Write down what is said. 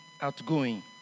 outgoing